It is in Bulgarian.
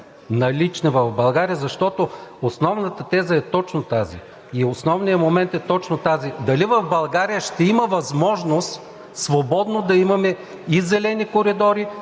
налични в България, защото основната теза е точно тази, основният момент е точно този – дали в България ще има възможност свободно да имаме и зелени коридори,